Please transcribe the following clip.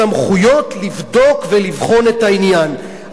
סמכויות לבדוק ולבחון את העניין,